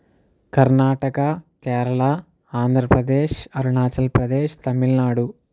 Karnataka Kerala Andhra Pradesh Arunachal Pradesh Tamil Nadu